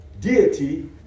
deity